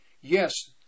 yes